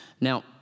Now